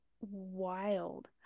wild